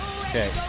Okay